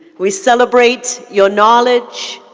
we celebrate your knowledge,